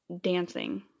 dancing